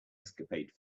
escapade